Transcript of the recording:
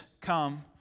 come